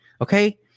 Okay